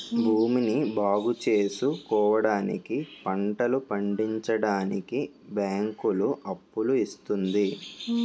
భూమిని బాగుచేసుకోవడానికి, పంటలు పండించడానికి బ్యాంకులు అప్పులు ఇస్తుంది